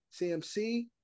CMC